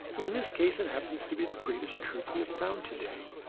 in this case it happens to be the greatest truth we have found today.